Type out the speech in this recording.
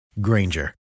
Granger